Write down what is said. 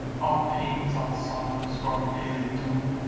all pains, all sorrows, for our daily doom.